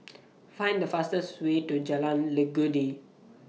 Find The fastest Way to Jalan Legundi